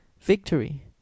Victory